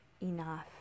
enough